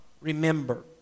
Remember